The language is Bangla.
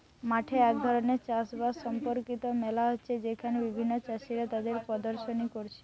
মাঠে এক ধরণের চাষ বাস সম্পর্কিত মেলা হচ্ছে যেখানে বিভিন্ন চাষীরা তাদের প্রদর্শনী কোরছে